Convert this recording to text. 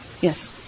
yes